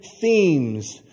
themes